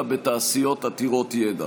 שגריר ישראל בהולנד.